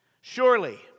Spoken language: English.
Surely